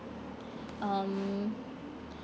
um